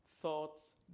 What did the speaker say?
thoughts